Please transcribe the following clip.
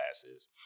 classes